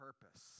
purpose